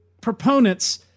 proponents